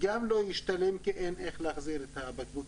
גם לא ישתלם כי אין איך להחזיר את הבקבוקים,